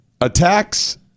Attacks